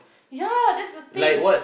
ya that's the thing